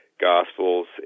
Gospels